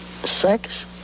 Sex